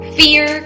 fear